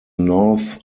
north